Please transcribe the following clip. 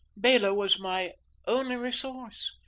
bela was my only resource.